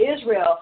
Israel